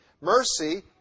mercy